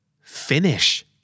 Finish